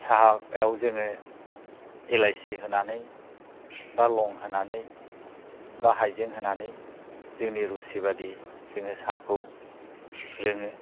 साहायाव जोङो इलायसि होनानै बा लं होनानै बा हाइजें होनानै जोंनि रुसि बादि जोङो साहखौ लोङो